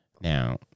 now